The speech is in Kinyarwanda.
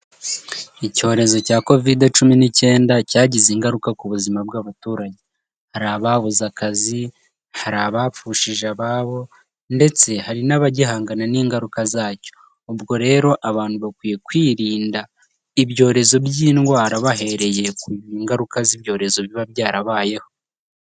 Icyorezo cya Kovidi cumi n'icyenda cyagize ingaruka ku buzima bw'abaturage. Hari ababuze akazi, hari abapfushije ababo ndetse hari n'abagihangana n'ingaruka zacyo. Ubwo rero abantu bakwiye kwirinda ibyorezo by'indwara bahereye ku ngaruka z'ibyorezo biba byarabayeho.